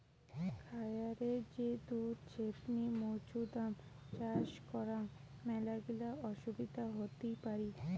খায়ারে যে দুধ ছেপনি মৌছুদাম চাষ করাং মেলাগিলা অসুবিধা হতি পারি